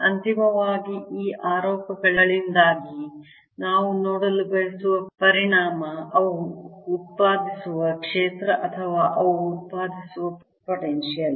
ಅಂತಿಮವಾಗಿ ಈ ಆರೋಪಗಳಿಂದಾಗಿ ನಾವು ನೋಡಲು ಬಯಸುವ ಪರಿಣಾಮ ಅವು ಉತ್ಪಾದಿಸುವ ಕ್ಷೇತ್ರ ಅಥವಾ ಅವು ಉತ್ಪಾದಿಸುವ ಪೊಟೆನ್ಶಿಯಲ್